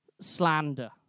slander